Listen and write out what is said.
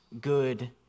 good